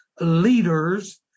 leaders